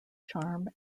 charm